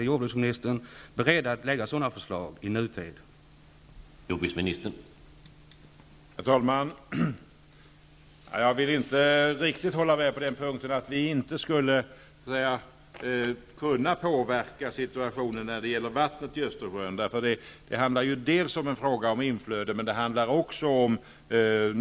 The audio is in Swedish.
Är jordbruksministern beredd att inom överskådlig framtid lägga fram ett sådant förslag?